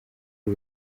uru